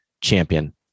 champion